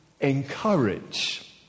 encourage